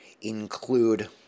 include